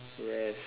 yes